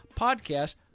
podcast